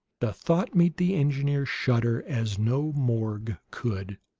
the thought made the engineer shudder as no morgue could.